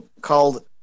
called